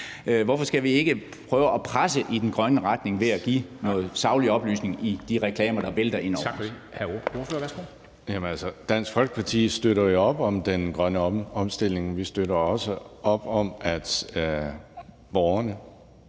Hvorfor skal vi ikke prøve at presse i den grønne retning ved at give noget saglig oplysning i de reklamer, der vælter ind over